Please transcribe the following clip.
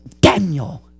daniel